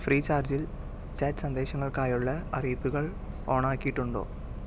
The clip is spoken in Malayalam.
ഫ്രീ ചാർജ്ജിൽ ചാറ്റ് സന്ദേശങ്ങൾക്കായുള്ള അറിയിപ്പുകൾ ഓണാക്കിയിട്ടുണ്ടോ